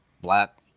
black